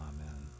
Amen